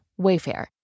Wayfair